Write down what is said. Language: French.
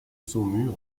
saumur